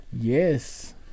Yes